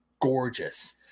gorgeous